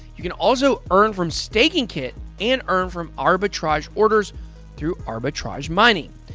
you can also earn from staking kit and earn from arbitrage orders through arbitrage mining.